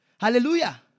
Hallelujah